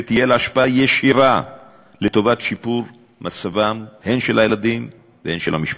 ותהיה לה השפעה ישירה לשיפור מצבם הן של הילדים והן של המשפחות,